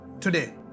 today